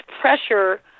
pressure